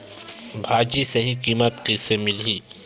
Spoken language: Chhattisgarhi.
भाजी सही कीमत कइसे मिलही?